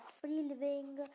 free-living